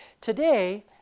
Today